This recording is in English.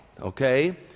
okay